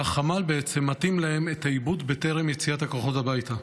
והחמ"ל מתאים להם את העיבוד בטרם יציאת הכוחות הביתה.